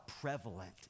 prevalent